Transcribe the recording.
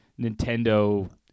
Nintendo